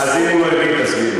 אז אם הוא לא הבין, תסביר לו.